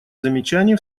замечаний